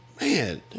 man